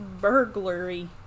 burglary